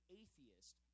atheist